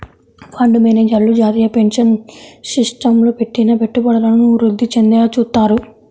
fund మేనేజర్లు జాతీయ pension సిస్టమ్లో పెట్టిన పెట్టుబడులను వృద్ధి చెందేలా చూత్తారు